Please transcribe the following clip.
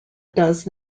does